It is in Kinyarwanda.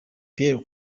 pierre